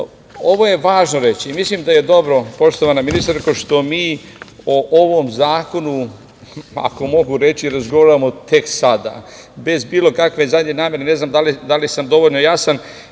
je važno reći, mislim da je dobro, poštovana ministarko, što mi o ovom zakonu, ako mogu reći, razgovaramo tek sada, bez bilo kakve zadnje namere, ne znam da li sam dovoljno jasan,